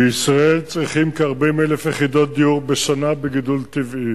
בישראל צריכים כ-40,000 יחידות דיור בשנה לגידול טבעי.